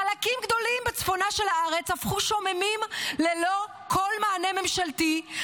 חלקים גדולים בצפונה של הארץ הפכו שוממים ללא כל מענה ממשלתי,